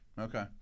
Okay